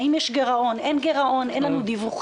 האם יש גרעון, אין גרעון, אין לנו דיווחים.